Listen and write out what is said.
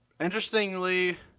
interestingly